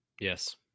Yes